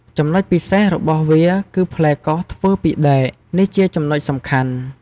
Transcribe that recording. ចំណុចពិសេសរបស់វាគឺផ្លែកោសធ្វើពីដែក នេះជាចំណុចសំខាន់។